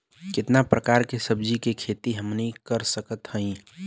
कितना प्रकार के सब्जी के खेती हमनी कर सकत हई?